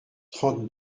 trente